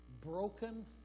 broken